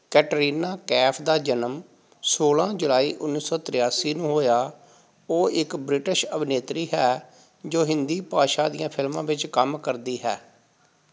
Katrina Kaif ਦਾ ਜਨਮ ਸੌਲ੍ਹਾਂ ਜੁਲਾਈ ਉੱਨੀ ਸੌ ਤਰਿਆਸੀ ਨੂੰ ਹੋਇਆ ਉਹ ਇੱਕ ਬ੍ਰਿਟਿਸ਼ ਅਭਿਨੇਤਰੀ ਹੈ ਜੋ ਹਿੰਦੀ ਭਾਸ਼ਾ ਦੀਆਂ ਫਿਲਮਾਂ ਵਿੱਚ ਕੰਮ ਕਰਦੀ ਹੈ